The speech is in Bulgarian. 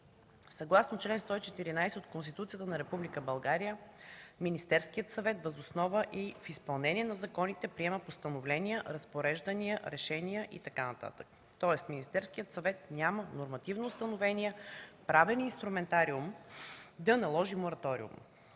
Съгласно чл. 114 от Конституцията на Република България Министерският съвет въз основа и в изпълнение на законите приема постановления, разпореждания, решения и така нататък, тоест Министерският съвет няма нормативно установен правен инструментариум да наложи мораториум.